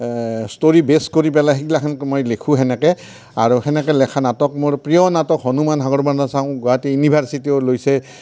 story base কৰি পেলাই সেইগিলাখন মই লিখোঁ সেনেকৈ আৰু সেনেকৈ লেখা নাটক মোৰ প্ৰিয় নাটক হনুমান সাগৰ বন্ধা চাওঁ গুৱাহাটী ইউনিভাৰ্চিটিয়েও লৈছে